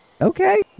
Okay